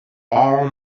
all